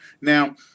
Now